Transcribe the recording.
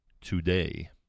today